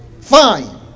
Fine